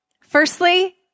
firstly